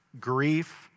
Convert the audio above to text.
grief